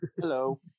hello